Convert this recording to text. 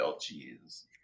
cheese